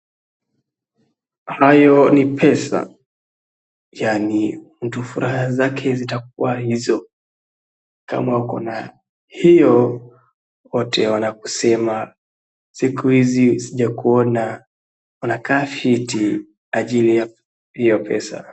Hayo ni pesa, yaani mtu furaha zake zitakua hizo. Kama uko na hiyo wote wanakusema siku hizi sijakuona, unakaa fiti kwa ajiri ya hiyo pesa.